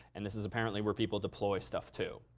and this is apparently where people deploy stuff too.